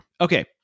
Okay